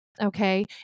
Okay